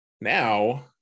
now